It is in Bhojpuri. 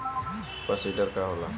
सुपर सीडर का होला?